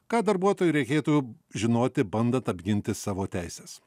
ką darbuotojui reikėtų žinoti bandant apginti savo teises